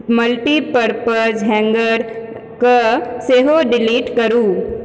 multipurpose हैङ्गरके सेहो delete करू